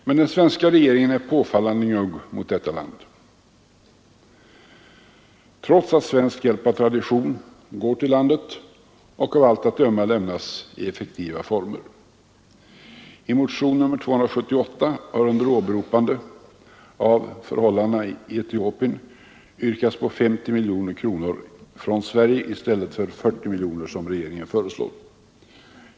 Men den svenska regeringen är påfallande njugg mot detta land trots att svensk hjälp av tradition går till landet och av allt att döma lämnas i effektiva former. I motionen 278 har under åberopande av förhållandena i Etiopien yrkats på 50 miljoner kronor från Sverige i stället för 40 miljoner som regeringen föreslår.